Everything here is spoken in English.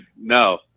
No